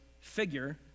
figure